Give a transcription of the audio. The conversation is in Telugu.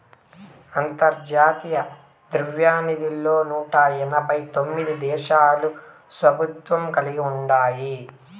అంతర్జాతీయ ద్రవ్యనిధిలో నూట ఎనబై తొమిది దేశాలు సభ్యత్వం కలిగి ఉండాయి